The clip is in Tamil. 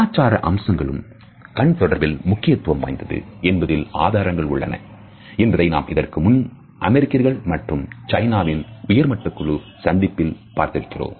கலாச்சார அம்சங்களும் கண் தொடர்பில் முக்கியத்துவம் வாய்ந்தது என்பதற்கான ஆதாரங்கள் உள்ளன என்பதை நாம் இதற்கு முன் அமெரிக்கர்கள் மற்றும் சைனாவின் உயர்மட்டக்குழு சந்திப்பில் பார்த்திருக்கிறோம்